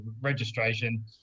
registration